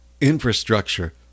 infrastructure